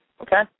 okay